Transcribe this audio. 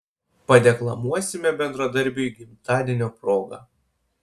padeklamuosime bendradarbiui gimtadienio proga